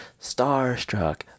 Starstruck